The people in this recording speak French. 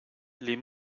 les